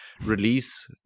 release